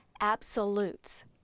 absolutes